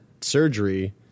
surgery